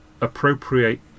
appropriate